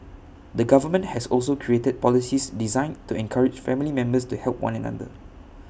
the government has also created policies designed to encourage family members to help one another